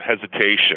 hesitation